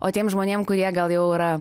o tiem žmonėm kurie gal jau yra